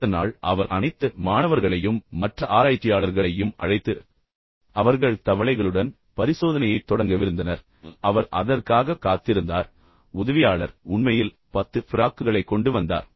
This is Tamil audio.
அடுத்த நாள் அவர் அனைத்து மாணவர்களையும் மற்ற ஆராய்ச்சியாளர்களையும் அழைத்து பின்னர் அவர்கள் தவளைகளுடன் பரிசோதனையைத் தொடங்கவிருந்தனர் அவர் அதற்காகக் காத்திருந்தார் ஆனால் உதவியாளர் உண்மையில் பத்து ஃப்ராக்குகளைக் கொண்டு வந்தார்